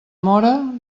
mora